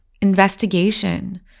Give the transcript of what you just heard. investigation